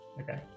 Okay